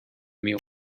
meal